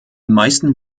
meisten